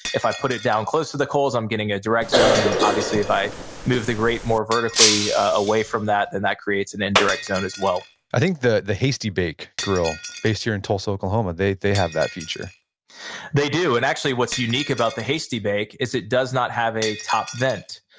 if i put it down close to the coals, i'm getting a direct zone and obviously if i move the grate more vertically away from that, then and that creates an indirect zone as well i think the the hasty bake grill based here in tulsa, oklahoma, they they have that feature they do, and actually what's unique about the hasty bake is it does not have a top vent.